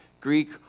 Greek